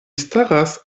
staras